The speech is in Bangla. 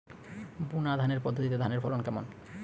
বুনাধানের পদ্ধতিতে ধানের ফলন কেমন?